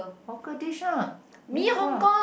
hawker dish lah mee-kuah